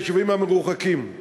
ליישובים המרוחקים.